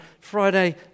Friday